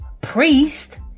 priest